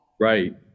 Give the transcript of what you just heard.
right